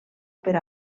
per